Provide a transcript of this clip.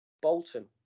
Bolton